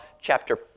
chapter